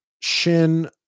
shin